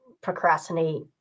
procrastinate